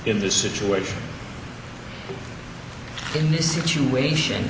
in this situation in this situation